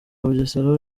bugesera